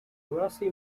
rossi